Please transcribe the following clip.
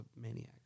maniac